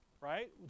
right